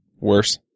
Worse